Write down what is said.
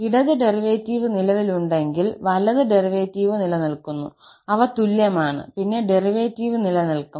ഇടത് ഡെറിവേറ്റീവ് നിലവിലുണ്ടെങ്കിൽ വലത് ഡെറിവേറ്റീവ് നിലനിൽക്കുന്നു അവ തുല്യമാണ് പിന്നെ ഡെറിവേറ്റീവ് നിലനിൽക്കും